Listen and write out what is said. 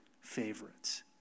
favorites